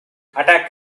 attack